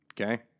okay